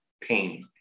pain